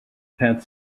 pat